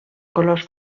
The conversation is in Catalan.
colors